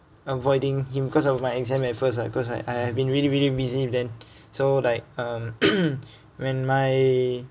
avoiding him because of my exam at first lah because I I had been really really busy then so like um when my